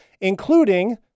including